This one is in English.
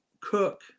cook